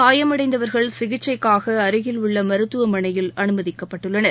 காயமடைந்தவர்கள் சிகிச்சைக்காக அருகில் உள்ள மருத்துவமனையில் அனுமதிக்கப்பட்டுள்ளனர்